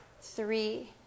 three